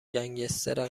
گنگستر